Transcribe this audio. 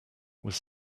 was